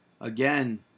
again